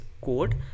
code